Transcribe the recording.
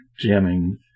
Jamming